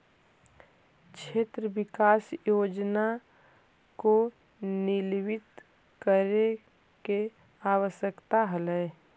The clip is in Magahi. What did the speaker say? क्षेत्र विकास योजना को निलंबित करे के आवश्यकता हलइ